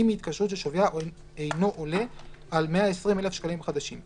אם היא התקשרות ששוויה אינו עולה על 120,000 שקלים חדשים,